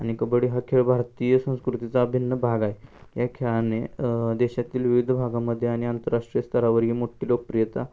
आणि कबड्डी हा खेळ भारतीय संस्कृतीचा अभिन्न भाग आहे या खेळाने देशातील विविध भागामध्ये आणि आंतरराष्ट्रीय स्तरावर ही मोठी लोकप्रियता